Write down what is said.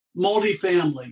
multifamily